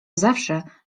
zawsze